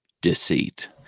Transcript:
deceit